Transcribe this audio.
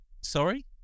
sorry